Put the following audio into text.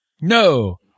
no